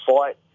fight